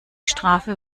strafe